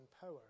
power